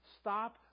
stop